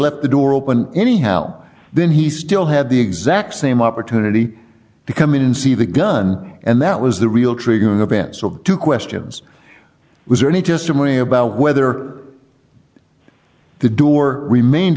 left the door open anyhow then he still had the exact same opportunity to come in and see the gun and that was the real triggering event so to questions it was really just a movie about whether the door remained